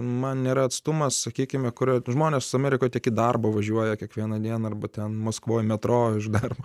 man nėra atstumas sakykime kurio žmonės amerikoj tokį darbą važiuoja kiekvieną dieną arba ten maskvoje metro iš darbo